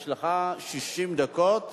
יש לך 60 דקות,